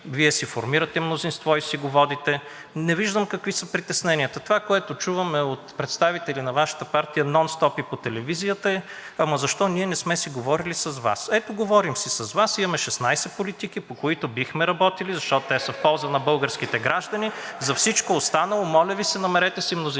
Вие си формирате мнозинство и си го водите. Не виждам какви са притесненията. Това, което чувам от представители на Вашата партия нон стоп и по телевизията, е: ама защо ние не сме си говорели с Вас? Ето, говорим си с Вас. Имаме 16 политики (смях от ГЕРБ-СДС), по които бихме работили, защото те са в полза на българските граждани. За всичко останало, моля Ви се, намерете си мнозинство